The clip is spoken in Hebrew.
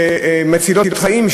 של תרופות מצילות חיים,